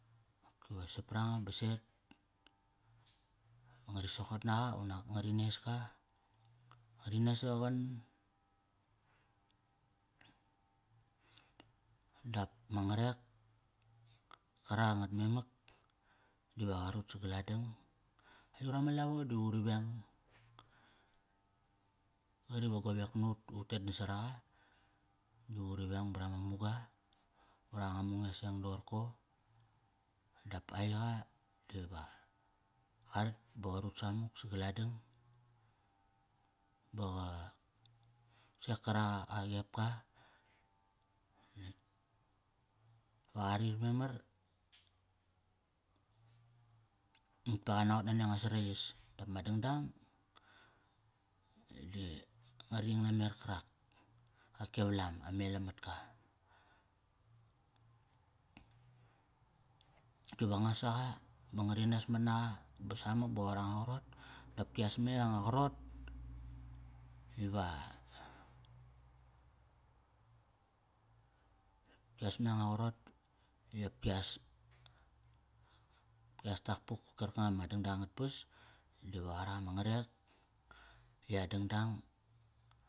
Nak pa va sapranga ba set ba ngari sokot naqa unak ngari nes ka. Ngari nes saqaqan dap ma ngarek, karak angat memak diva qa rut sagaladang. Aiyut ama lavo diva uri veng. Qari diva uri veng brama muga, varanga mung eseng doqorko. Dap aiqa qa ret ba qa rut samuk sagaladang. Ba qa sek karak a, a qepka natk va qa rir mamar. Natk pa qanaqot nani anga sarai yas. Dap ma dangdang, di ngar i ing namer karak, yak e valam, am melam matka. Ki va nga saqa ba ngari nesmat naqa ba samak ba qoir anga qarot dopki as me anga qarot qarot, iva, ki as me anga qarot di opkias, opkias takpuk pat karkanga ama dangdang angat pas diva qarak ama ngarek, i a dangdang.